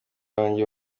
banjye